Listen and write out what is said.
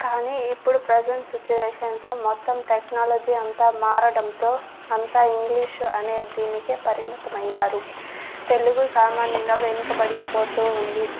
కానీ ఇప్పుడు present situation లో మొత్తం టెక్నాలజీ అంతా మారడంతో అంత ఇంగ్లీషు అనే దీనికే పరిమితం అయ్యారు తెలుగు సామాన్యంగా వెనుకబడిపోతూ ఉంది